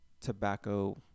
tobacco